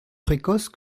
précoce